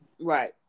Right